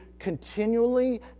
continually